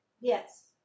Yes